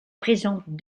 présente